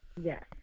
Yes